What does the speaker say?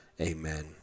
amen